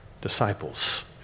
disciples